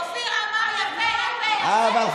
אופיר אמר יפה, יפה, ואז סכין.